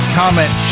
comment